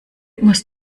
muss